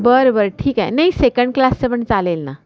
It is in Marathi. बरं बरं ठीक आहे नाही सेकंड क्लासचं पण चालेल ना